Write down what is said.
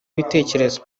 ibitekerezo